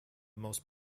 most